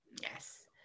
Yes